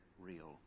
real